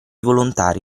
volontari